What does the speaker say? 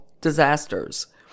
disasters